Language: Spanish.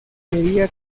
quería